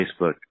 Facebook